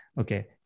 okay